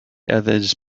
others